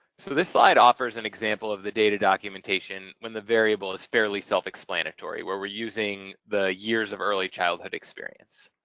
so this slide offers an example of the data documentation when the variable is fairly self explanatory, where we're using the years of early childhood experience.